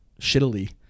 shittily